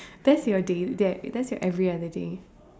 that's your day that that's your every other day